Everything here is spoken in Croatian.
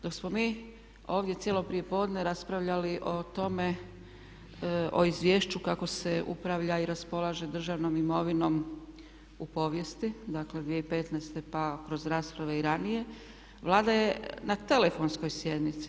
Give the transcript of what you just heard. Dok smo mi ovdje cijelo prije podne raspravljali o tome, o izvješću kako se upravlja i raspolaže državnom imovinom u povijesti, dakle 2015. pa kroz rasprave i ranije Vlada je na telefonskoj sjednici.